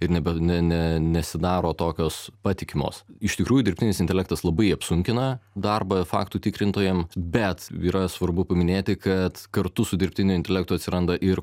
ir nebe ne ne nesidaro tokios patikimos iš tikrųjų dirbtinis intelektas labai apsunkina darbą faktų tikrintojam bet yra svarbu paminėti kad kartu su dirbtiniu intelektu atsiranda ir